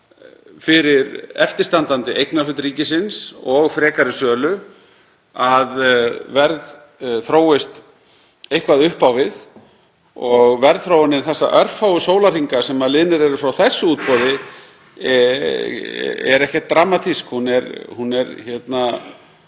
fyrir eftirstandandi eignarhlut ríkisins og frekari sölu að verð þróist eitthvað upp á við. Verðþróunin þessa örfáu sólarhringa sem liðnir eru frá þessu útboði er ekkert dramatísk, hún er í